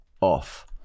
off